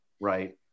right